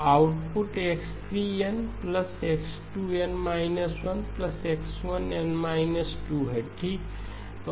तो output X3 nX2 n−1X1 n−2 है ठीक